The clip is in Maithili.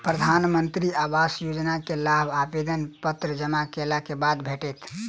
प्रधानमंत्री आवास योजना के लाभ आवेदन पत्र जमा केलक बाद भेटत